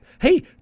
Hey